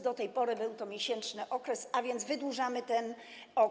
Do tej pory był to miesięczny okres, a więc wydłużamy go.